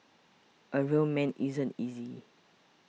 a real man isn't easy